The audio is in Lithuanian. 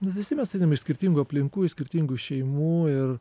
nes visi mes ateinam iš skirtingų aplinkų iš skirtingų šeimų ir